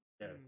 Yes